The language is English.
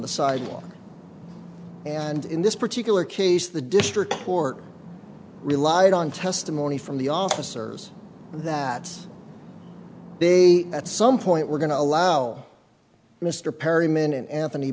the sidewalk and in this particular case the district court relied on testimony from the officers that they at some point we're going to allow mr perry minin anthony